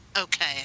Okay